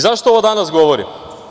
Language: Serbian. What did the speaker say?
Zašto ovo danas govorim?